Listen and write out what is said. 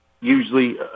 usually